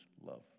love